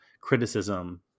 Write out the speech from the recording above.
criticism